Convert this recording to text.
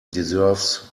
deserves